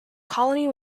colony